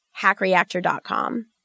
HackReactor.com